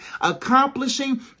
accomplishing